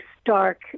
stark